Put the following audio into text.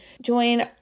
join